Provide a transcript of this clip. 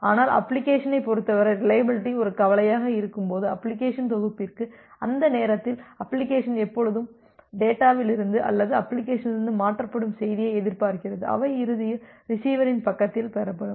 ஆனால் அப்ளிகேஷனைப் பொறுத்தவரை ரிலையபிலிட்டி ஒரு கவலையாக இருக்கும்போது அப்ளிகேஷன் தொகுப்பிற்கு அந்த நேரத்தில் அப்ளிகேஷன் எப்போதும் டேட்டாவிலிருந்து அல்லது அப்ளிகேஷனிலிருந்து மாற்றப்படும் செய்தியை எதிர்பார்க்கிறது அவை இறுதியில் ரிசிவரின் பக்கத்தில் பெறப்படும்